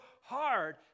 hard